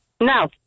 No